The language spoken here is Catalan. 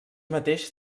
mateix